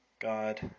God